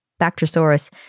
Bactrosaurus